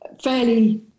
fairly